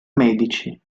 medici